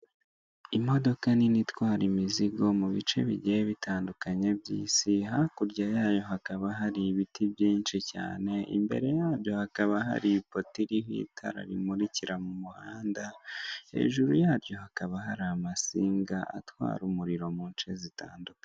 Imodoka nini itwara imizigo mu bice bigiye bitandukanye by'isi, hakurya yayo hakaba hari ibiti byinshi cyane, imbere yabyo hakaba hari ipoti iriho itara rimurikira mu muhanda hejuru yaryo hakaba hari amatsinga atwara umuriro muce zitandukanye.